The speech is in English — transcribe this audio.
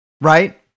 right